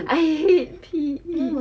I hate P_E